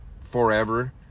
forever